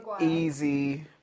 easy